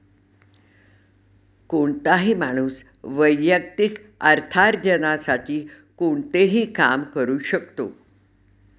कोणताही माणूस वैयक्तिक अर्थार्जनासाठी कोणतेही काम करू शकतो